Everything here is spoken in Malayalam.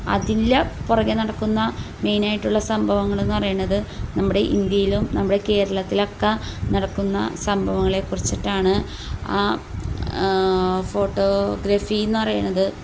അതില്ല പുറകെ നടക്കുന്ന മെയിനായിട്ടുള്ള സംഭവങ്ങളെന്നു പറയണത് നമ്മുടെ ഇന്ത്യയിലും നമ്മുടെ കേരളത്തിലൊക്ക നടക്കുന്ന സംഭവങ്ങളെക്കുറിച്ചിട്ടാണ് ആ ഫോട്ടോഗ്രാഫിയെന്ന് പറയണത്